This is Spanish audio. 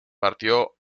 partió